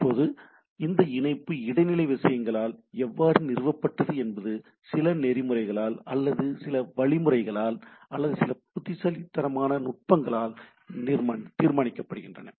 இப்போது இந்த இணைப்பு இடைநிலை விஷயங்களால் எவ்வாறு நிறுவப்பட்டது என்பது சில நெறிமுறைகளால் அல்லது சில வழிமுறைகளால் அல்லது சில புத்திசாலித்தனமான நுட்பங்களால் தீர்மானிக்கப்படுகிறது